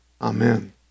amen